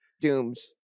dooms